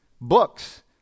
books